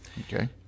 Okay